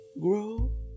grow